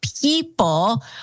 people